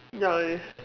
ya